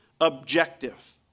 objective